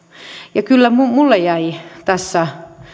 ja kyllä minulle jäi tässä